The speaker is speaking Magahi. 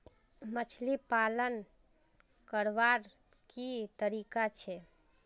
मछली पालन करवार की तरीका छे?